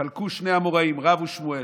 חלקו שני אמוראים, רב ושמואל.